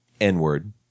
N-word